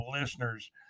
listeners